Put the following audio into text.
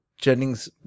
Jennings